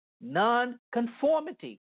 nonconformity